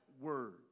Word